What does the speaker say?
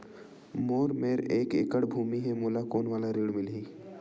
मोर मेर एक एकड़ भुमि हे मोला कोन वाला ऋण मिलही?